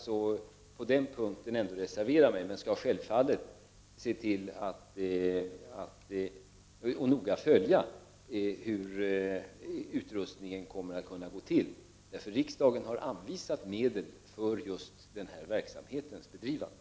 På den punkten vill jag reservera mig, men jag skall självfallet noga följa hur anskaffningen av utrustning kommer att ske. Riksdagen har anvisat medel för bedrivande av just denna verksamhet.